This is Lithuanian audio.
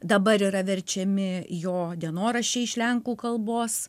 dabar yra verčiami jo dienoraščiai iš lenkų kalbos